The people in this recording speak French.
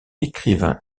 écrivain